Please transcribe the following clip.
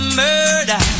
murder